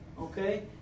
okay